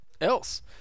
else